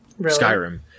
Skyrim